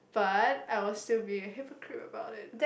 but I will still be a hypocrite about it